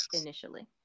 initially